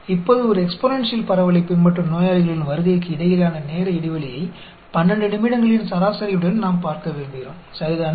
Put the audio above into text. இப்போது ஒரு எக்ஸ்பொனென்ஷியல் பரவலைப் பின்பற்றும் நோயாளிகளின் வருகைக்கு இடையிலான நேர இடைவெளியை 12 நிமிடங்களின் சராசரியுடன் நாம் பார்க்க விரும்புகிறோம் சரிதானே